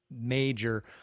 major